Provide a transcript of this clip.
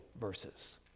verses